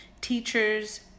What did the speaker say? teachers